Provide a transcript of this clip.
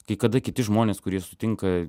kai kada kiti žmonės kurie sutinka